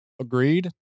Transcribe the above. Agreed